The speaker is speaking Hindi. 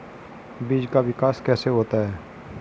बीज का विकास कैसे होता है?